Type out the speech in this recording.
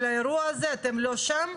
אבל באירוע הזה אתם לא שם?